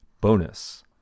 bonus